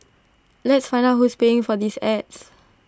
let's find out who's paying for these ads